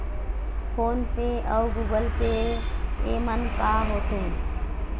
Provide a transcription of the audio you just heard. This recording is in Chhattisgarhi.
फ़ोन पे अउ गूगल पे येमन का होते?